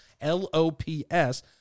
L-O-P-S